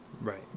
Right